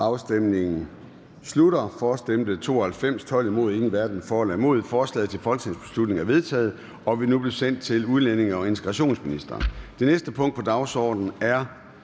ALT) hverken for eller imod stemte 0. Forslaget til folketingsbeslutning er vedtaget og vil nu blive sendt til udlændinge- og integrationsministeren. --- Det næste punkt på dagsordenen er: